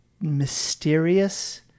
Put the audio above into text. mysterious